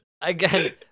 Again